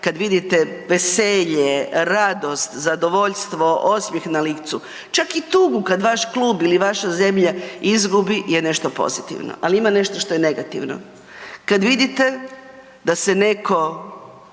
kad vidite veselje, radost, zadovoljstvo, osmijeh na licu, čak i tu kad vaš klub ili vaša zemlja izgubi je nešto pozitivno. Ali ima nešto što je negativno. Kad vidite da se neko